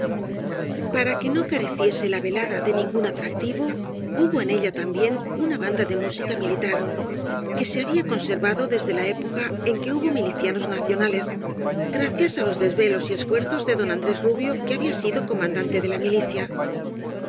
para que no careciese la velada de ningún atrac tivo hubo en ella también una banda de música militar que se había conservado desde la época en que hubo milicianos nacionales gracias á los des velos y esfuerzos de don andrés rubio que había sido comandante de la milicia